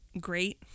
great